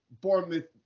Bournemouth